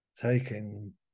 Taking